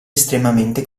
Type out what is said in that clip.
estremamente